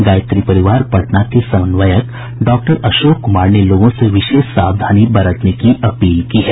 गायत्री परिवार पटना के समन्वयक डॉक्टर अशोक कुमार ने लोगों से विशेष सावधानी बरतने की अपील की है